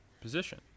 position